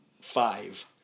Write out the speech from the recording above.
five